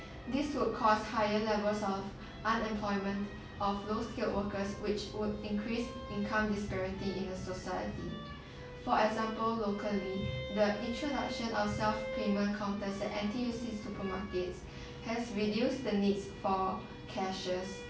this would cause higher levels of unemployment of low skilled workers which would increase income disparity in a society for example locally the introduction self payment counters at N_T_U_C supermarkets has reduce the needs for cashiers